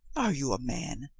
are you a man?